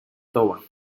toba